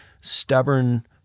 stubborn